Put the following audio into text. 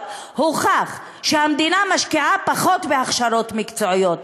הוכח שהמדינה משקיעה פחות בהכשרות מקצועיות.